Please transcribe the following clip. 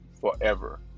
forever